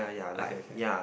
okay k